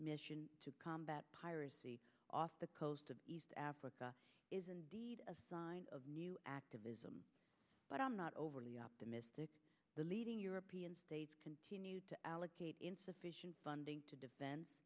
mission to combat piracy off the coast of east africa is indeed a sign of new activism but i'm not overly optimistic the leading european states continue to allocate insufficient funding to defense